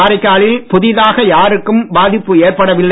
காரைக்காலில் புதிதாக யாருக்கும் பாதிப்பு ஏற்படவில்லை